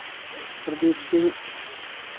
Pradeep Singh